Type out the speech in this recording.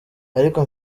ariko